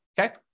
Okay